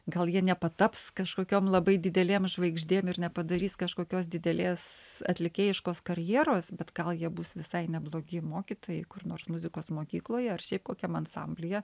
gal jie nepataps kažkokiom labai didelėm žvaigždėm ir nepadarys kažkokios didelės atlikėjiškos karjeros bet gal jie bus visai neblogi mokytojai kur nors muzikos mokykloje ar šiaip kokiam ansamblyje